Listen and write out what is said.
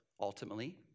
ultimately